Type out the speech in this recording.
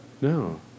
No